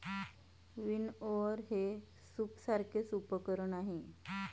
विनओवर हे सूपसारखेच उपकरण आहे